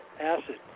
acid